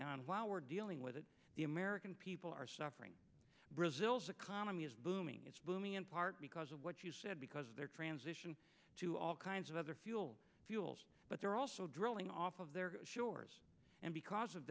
now and while we're dealing with it the american people are suffering brazil's economy is booming it's booming in part because of what you said because of their transition to all kinds of other fuel fuels but they're also drilling off of their shores and because of